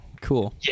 cool